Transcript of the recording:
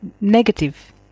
negative